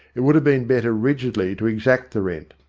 it would have been better rigidly to exact the rent,